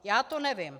Já to nevím.